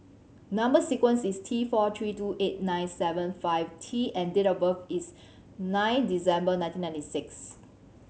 number sequence is T four three two eight nine seven five T and date of birth is nine December nineteen ninety six